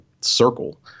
circle